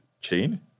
chain